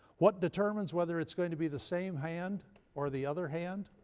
what determines whether it's going to be the same hand or the other hand?